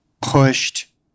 pushed